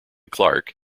clark